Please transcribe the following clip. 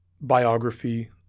biography